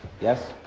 yes